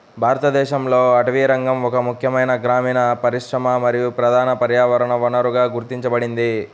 భారతదేశంలో అటవీరంగం ఒక ముఖ్యమైన గ్రామీణ పరిశ్రమ మరియు ప్రధాన పర్యావరణ వనరుగా గుర్తించబడింది